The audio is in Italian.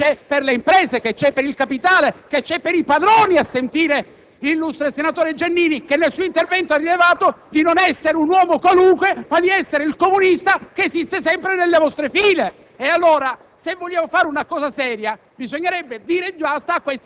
per esse deve essere applicato il medesimo sistema impositivo esistente per le imprese, per il capitale, direi per i padroni, a sentire l'illustre senatore Giannini, che nel suo intervento ha rilevato di non essere un uomo qualunque, ma di essere il comunista che esiste sempre nelle vostre file.